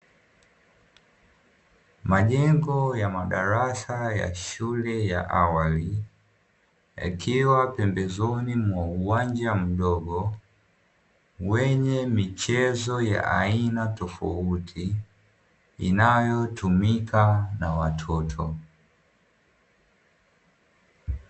Majengo ya madarasa ya shule ya awali yakiwa pembezoni mwa uwanja mdogo, wenye michezo ya aina tofauti inayotumika na watoto.